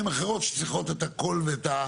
משרד התיישבות.